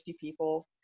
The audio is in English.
people